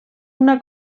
una